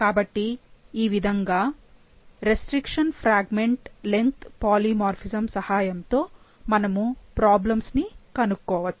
కాబట్టి ఈ విధంగా రెస్ట్రిక్షన్ ఫ్రాగ్మెంట్ లెంగ్త్ పాలిమార్ఫిజమ్ సహాయం తో మనము ప్రాబ్లమ్స్ ని కనుక్కోవచ్చు